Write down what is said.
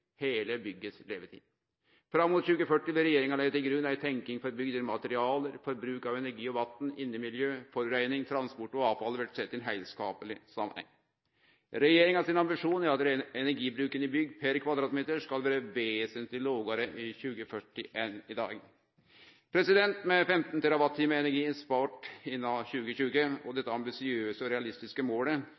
heile byggets levetid. Fram mot 2040 vil regjeringa leggje til grunn ei tenking for bygg der materialar, forbruk av energi og vatn, innemiljø, forureining, transport og avfall vert sett i ein heilskapleg samanheng. Regjeringa sin ambisjon er at energibruken i bygg per kvadratmeter skal vere vesentleg lågare i 2040 enn i dag.» Med 15 TWh energi spart innan 2020 og med dette ambisiøse og realistiske målet